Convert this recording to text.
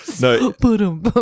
No